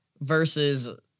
versus